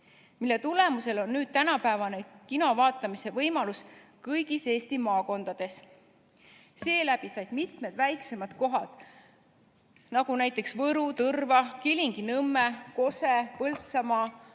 mille tulemusel on tänapäevane kino vaatamise võimalus kõigis Eesti maakondades. Seeläbi said mitmed väiksemad kohad, näiteks Võru, Tõrva, Kilingi-Nõmme, Kose, Põltsamaa,